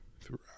throughout